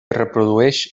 reprodueix